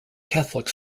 catholic